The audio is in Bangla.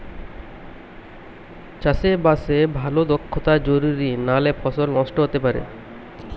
চাষে বাসে ভালো দক্ষতা জরুরি নালে ফসল নষ্ট হতে পারে